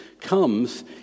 comes